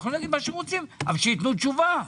שייתנו תשובה.